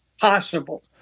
possible